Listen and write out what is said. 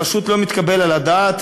זה פשוט לא מתקבל על הדעת.